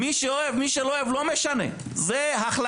מי אוהב, מי שלא אוהב, לא משנה, זו החלטה.